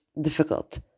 difficult